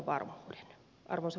arvoisa puhemies